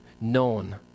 known